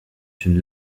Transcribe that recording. une